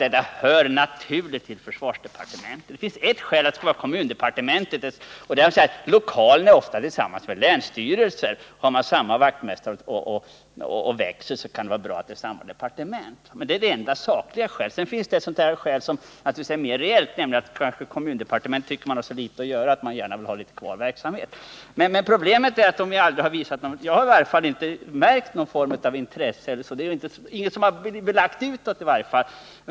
Detta hör naturligt till försvarsdepartementet. Det finns ett skäl för att det skall vara kommundepartementet, och det är att lokalerna ofta är desamma som länsstyrelsens. Har man samma vaktmästare och växel så kan det vara bra att det också är samma departement, men det är det enda sakliga skälet. Sedan finns det ett annat skäl, och det är att kommundepartementet tycker att man har så litet att göra att man gärna vill ha kvar den här verksamheten. Jag har dock aldrig märkt något intresse — det finns inget som är belagt utåt i varje fall.